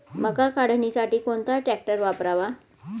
मका काढणीसाठी कोणता ट्रॅक्टर वापरावा?